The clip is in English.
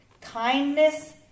kindness